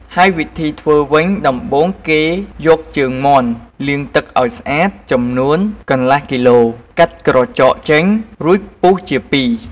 ហើយវិធីធ្វើវិញ ដំបូងគេយកជើងមាន់លាងទឹកឱ្យស្អាតចំនួនកន្លះគីឡូ កាត់ក្រចកចេញ រួចពុះជាពីរ។